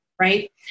right